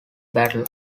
battle